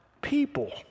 people